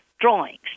drawings